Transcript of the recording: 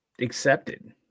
accepted